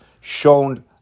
shown